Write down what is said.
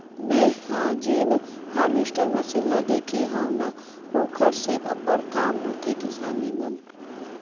मेंहा जेन harvester machine ल देखे हव न ओखर से अब्बड़ काम होथे किसानी मन